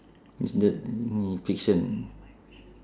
is that in fiction